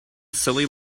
silly